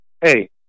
hey